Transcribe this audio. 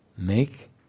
Make